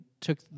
took